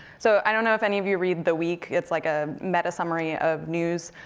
so i don't know if any of you read the week. it's like a meta-summary of news.